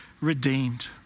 Redeemed